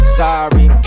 sorry